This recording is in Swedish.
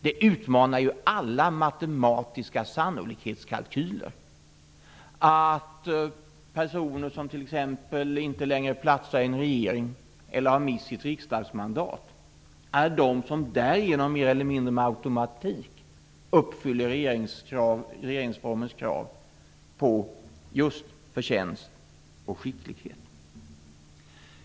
Det utmanar ju alla matematiska sannolikhetskalkyler att personer som t.ex. inte längre platsar i en regering eller har mist sitt riksdagsmandat är de som därigenom mer eller mindre med automatik uppfyller regeringsformens krav på just förtjänst och skicklighet.